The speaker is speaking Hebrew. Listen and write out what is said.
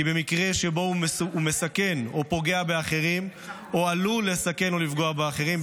במקרה שבו הוא מסכן או פוגע באחרים או עלול לסכן או לפגוע באחרים,